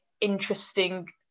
interesting